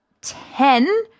ten